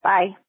Bye